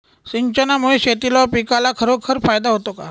सिंचनामुळे शेतीला व पिकाला खरोखर फायदा होतो का?